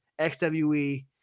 XWE